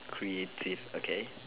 creative okay